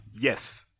Yes